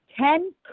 Ten